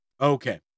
Okay